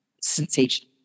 sensation